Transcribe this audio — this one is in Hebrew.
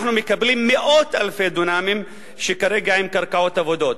אנחנו מקבלים מאות אלפי דונמים שכרגע הם קרקעות אבודות.